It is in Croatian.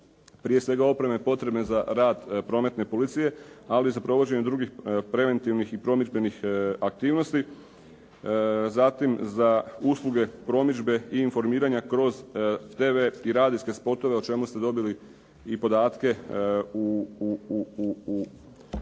prije svega opreme potrebne za rad Prometne policije, ali i za provođenje drugih preventivnih i promidžbenih aktivnosti. Zatim, za usluge promidžbe i informiranja kroz tv i radijske spotove, o čemu ste dobili i podatke u